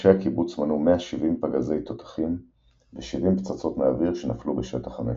אנשי הקיבוץ מנו 170 פגזי תותחים ו-70 פצצות מהאוויר שנפלו בשטח המשק.